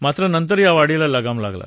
मात्र नंतर या वाढीला लगाम लागला